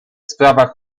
sprawach